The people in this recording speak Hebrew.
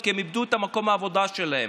כי הם איבדו את מקום העבודה שלהם.